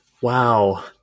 Wow